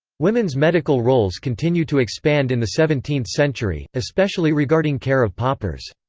women's medical roles continue to expand in the seventeenth century, especially regarding care of paupers.